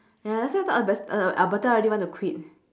ya that's why I thought alber~ alberta already want to quit